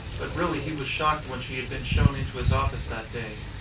but really he was shocked when she had been shown into his office that day.